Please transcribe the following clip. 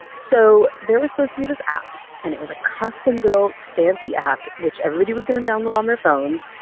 so there were supposed to be this app and it was a custom built fancy app, which everybody was going to download on their phones.